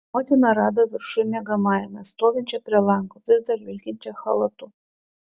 motiną rado viršuj miegamajame stovinčią prie lango vis dar vilkinčią chalatu